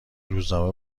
روزنامه